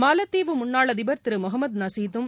மாலத்தீவு முன்னாள் அதிபர் திரு முகமத் நசீத்தும்